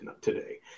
today